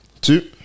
Two